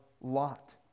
lot